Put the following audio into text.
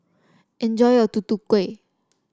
enjoy your Tutu Kueh